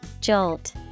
Jolt